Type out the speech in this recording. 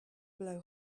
blow